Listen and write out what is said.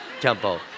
tempo